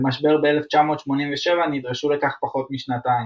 במשבר ב-1987 נדרשו לכך פחות משנתיים.